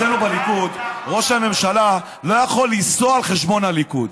אצלנו בליכוד ראש הממשלה לא יכול לנסוע על חשבון הליכוד.